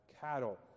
cattle